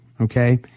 Okay